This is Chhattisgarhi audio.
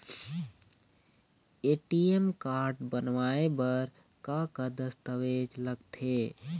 ए.टी.एम कारड बनवाए बर का का दस्तावेज लगथे?